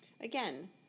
Again